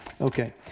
okay